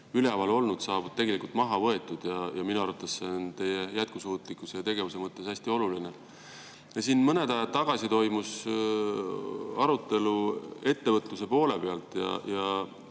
üleval olnud, saavad maha võetud. Minu arvates on see jätkusuutlikkuse ja tegevuse mõttes hästi oluline. Mõned ajad tagasi toimus arutelu ettevõtluse poole pealt ja